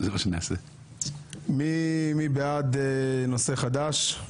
מי בעד נושא חדש?